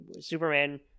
Superman